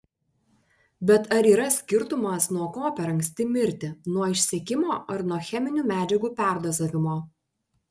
bet ar yra skirtumas nuo ko per anksti mirti nuo išsekimo ar nuo cheminių medžiagų perdozavimo